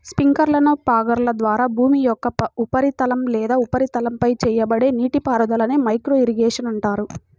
స్ప్రింక్లర్లు, ఫాగర్ల ద్వారా భూమి యొక్క ఉపరితలం లేదా ఉపరితలంపై చేయబడే నీటిపారుదలనే మైక్రో ఇరిగేషన్ అంటారు